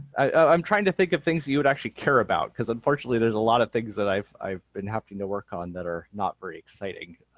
i'm trying to think of things you would actually care because unfortunately there's a lot of things that i've i've been happening to work on that are not very exciting.